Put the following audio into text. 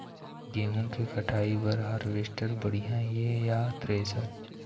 गेहूं के कटाई बर हारवेस्टर बढ़िया ये या थ्रेसर?